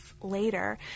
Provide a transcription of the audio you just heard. later